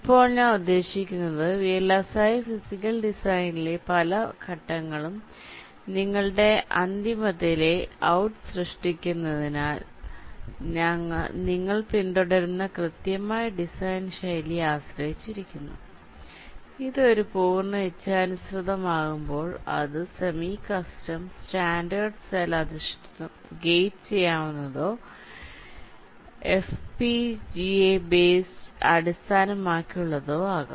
ഇപ്പോൾ ഞാൻ ഉദ്ദേശിക്കുന്നത് വിഎൽഎസ്ഐ ഫിസിക്കൽ ഡിസൈനിലെ പല ഘട്ടങ്ങളും നിങ്ങളുടെ അന്തിമ ലെ ഔട്ട്സൃഷ്ടിക്കുന്നതിൽ നിങ്ങൾ പിന്തുടരുന്ന കൃത്യമായ ഡിസൈൻ ശൈലിയെ ആശ്രയിച്ചിരിക്കുന്നു ഇത് ഒരു പൂർണ്ണ ഇച്ഛാനുസൃതമാകുമ്പോൾ അത് സെമി കസ്റ്റം സ്റ്റാൻഡേർഡ് സെൽ അധിഷ്ഠിതം ഗേറ്റ് ചെയ്യാവുന്നതോ എഫ്പിജിഎ അടിസ്ഥാനമാക്കിയുള്ളതോ ആകാം